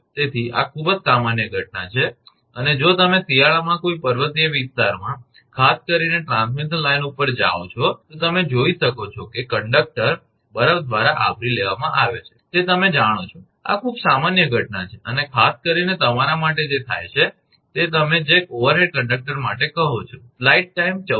તેથી આ ખૂબ જ સામાન્ય ઘટના છે અને જો તમે શિયાળામાં કોઈ પર્વતીય વિસ્તારમાં ખાસ કરીને ટ્રાન્સમિશન લાઇન ઉપર જાઓ છો તો તમે જોઈ શકો છો કે કંડક્ટર બરફ દ્વારા આવરી લેવામાં આવે છે તે તમે જાણો છો આ ખૂબ સામાન્ય ઘટના છે અને ખાસ કરીને આ તમારા માટે જે થાય છે તે તમે જે ઓવરહેડ કંડક્ટર માટે કહો છો